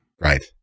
Right